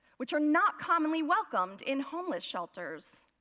which are not commonly welcome in homeless shelters.